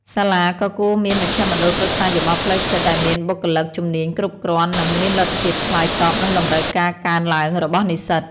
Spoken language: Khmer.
សាលាក៏គួរមានមជ្ឈមណ្ឌលប្រឹក្សាយោបល់ផ្លូវចិត្តដែលមានបុគ្គលិកជំនាញគ្រប់គ្រាន់និងមានលទ្ធភាពឆ្លើយតបនឹងតម្រូវការកើនឡើងរបស់និស្សិត។